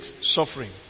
suffering